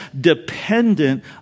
dependent